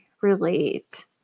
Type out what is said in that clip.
relate